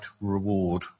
reward